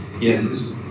Yes